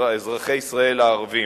אזרחי ישראל הערבים,